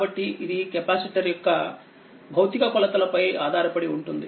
కాబట్టి ఇది కెపాసిటర్ యొక్క ఫిజికల్ భౌతిక కొలతల పై ఆధారపడి ఉంటుంది